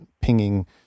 pinging